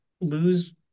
lose